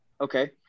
Okay